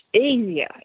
easier